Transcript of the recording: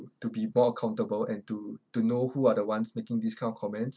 to be more accountable and to to know who are the ones making these kind of comments